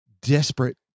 desperate